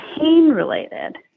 pain-related